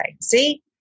see